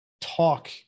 talk